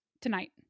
tonight